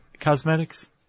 cosmetics